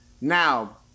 Now